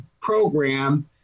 program